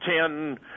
Ten